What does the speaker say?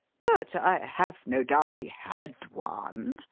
but i have no doubt he had one.